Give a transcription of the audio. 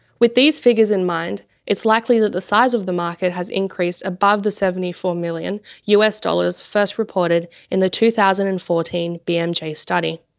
with these figures in mind, it's likely that the size of the market has increased above the seventy four million us dollars first reported in the two thousand and fourteen bmj study.